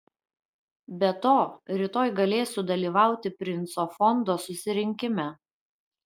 be to rytoj galėsiu dalyvauti princo fondo susirinkime